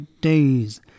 days